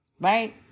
Right